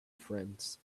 friends